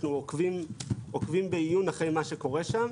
אנחנו עוקבים בעיון אחרי מה שקורה שם,